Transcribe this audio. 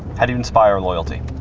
how do you inspire loyalty?